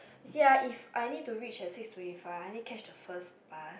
you see ah if I need to reach at six twenty five I need catch the first bus